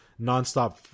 nonstop